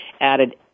added